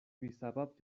بیسبب